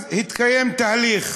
אז התקיים תהליך